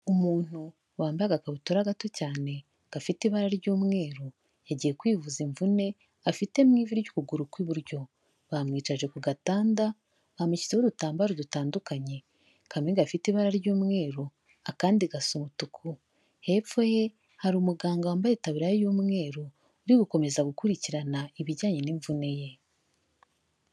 Umuntu wambaye agakabutura gato cyane gafite ibara ry'umweru yagiye kwivuza imvune afite mu ivi ry'ukuguru kw'iburyo. Bamwicaje ku gatanda bamushyiho udutambaro dutandukanye. Kamwe gafite ibara ry'umweru akandi gasa umutuku. Hepfo ye hari umuganga wambaye itaburiya y'umweru urigukomeza gukurikirana ibijyanye n'imvune ye.